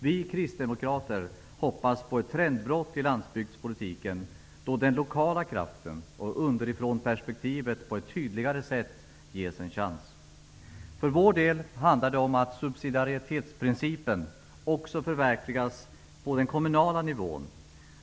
Vi kristdemokrater hoppas på ett trendbrott i landsbygdspolitiken då den lokala kraften och ''underifrånperspektivet'' på ett tydligare sätt ges en chans. För vår del handlar det om att subsidiaritetsprincipen också skall förverkligas på den kommunala nivån.